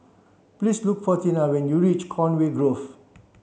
please look for Tina when you reach Conway Grove